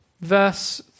verse